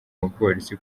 umupolisi